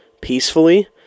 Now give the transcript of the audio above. peacefully